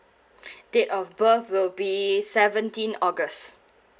date of birth will be seventeen august